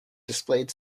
displayed